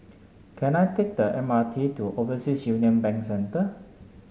can I take the M R T to Overseas Union Bank Centre